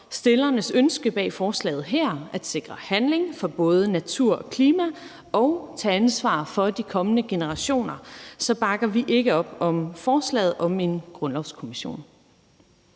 forslagsstillernes ønske bag forslaget her, nemlig at sikre handling for både natur og klima og at tage ansvar for de kommende generationer, så bakker vi ikke op om forslaget om en grøn grundlovskommission.